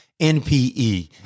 NPE